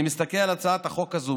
אני מסתכל על הצעת החוק הזאת,